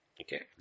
okay